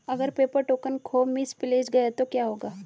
अगर paper token खो misplaced गया तो क्या होगा?